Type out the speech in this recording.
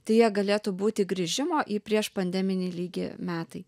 tai jie galėtų būti grįžimo į priešpandeminį lygį metai